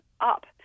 up